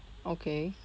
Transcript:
okay